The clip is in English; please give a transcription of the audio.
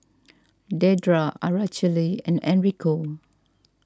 Dedra Araceli and Enrico